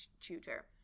tutor